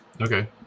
Okay